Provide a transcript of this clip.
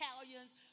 Italians